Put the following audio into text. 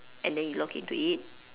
and then you look into it